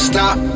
Stop